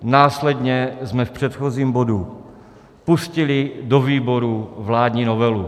Následně jsme v předchozím bodu pustili do výborů vládní novelu.